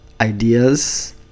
ideas